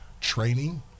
training